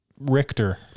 richter